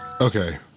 Okay